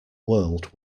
world